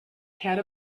had